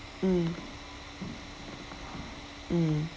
mm mm